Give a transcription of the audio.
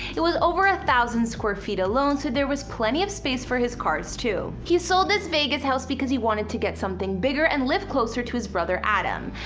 it was over one ah thousand square feet alone so there was plenty of space for his cars too. he sold this vegas house because he wanted to get something bigger and live closer to his brother adam.